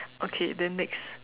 okay then next